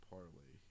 parlay